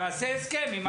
תעשה הסכם עם החברות.